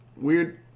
weird